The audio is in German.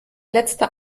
letzte